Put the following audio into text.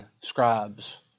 scribes